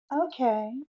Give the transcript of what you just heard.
okay